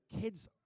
kids